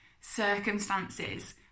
Circumstances